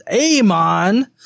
Amon